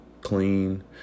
clean